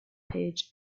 page